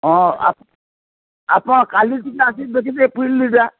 ହଁ ଆପଣ କାଲିି ଟିକେ ଆସିକି ଦେଖିଦେବେ ଫିଲ୍ଡଟା